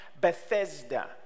Bethesda